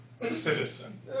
citizen